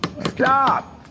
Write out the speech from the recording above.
stop